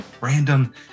random